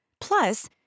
Plus